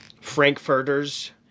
frankfurters